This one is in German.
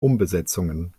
umbesetzungen